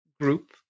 group